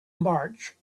march